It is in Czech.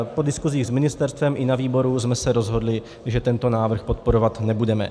Po diskuzích s ministerstvem i na výboru jsme se rozhodli, že tento návrh podporovat nebudeme.